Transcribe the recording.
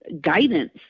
guidance